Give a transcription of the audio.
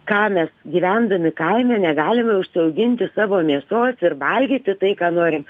ką mes gyvendami kaime negalime užsiauginti savo mėsos ir valgyti tai ką norim